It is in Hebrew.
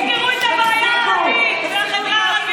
אל תצביעי עד שיפתרו את הבעיה בחברה הערבית,